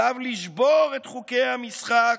עליו לשבור את חוקי המשחק,